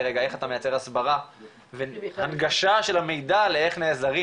רגע איך אתה מייצר הסברה והנגשה של המידע על איך נעזרים,